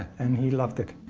and he loved it.